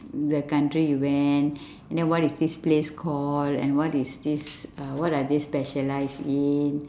the country you went and then what is this place called and what is this uh what are they specialised in